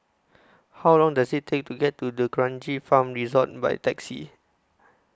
How Long Does IT Take to get to D'Kranji Farm Resort By Taxi